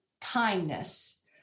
kindness